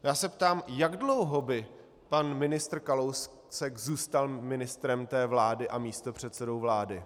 Já se ptám, jak dlouho by pan ministr Kalousek zůstal ministrem té vlády a místopředsedou vlády?